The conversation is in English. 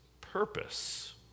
purpose